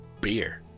beer